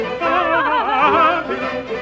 happy